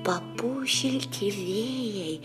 papūs šilti vėjai